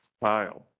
file